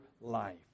life